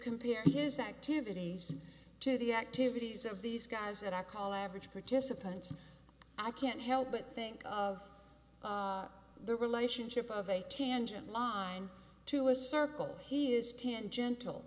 compare his activities to the activities of these guys that i call average participants i can't help but think of the relationship of a tangent line to a circle he is tangent